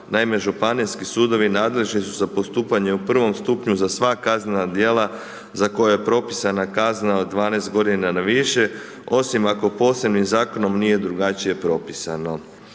Naime, županijski sudovi nadležni su za postupanje u prvom stupnju za sva kaznena djela za koje je propisana kazna od 12 g. na više osim ako posebnim zakonom nije drugačije propisano.